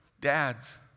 Dads